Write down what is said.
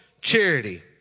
charity